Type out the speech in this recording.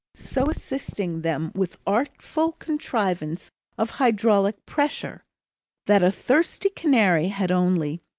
so assisting them with artful contrivance of hydraulic pressure that a thirsty canary had only,